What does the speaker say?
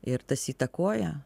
ir tas įtakoja